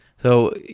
so, you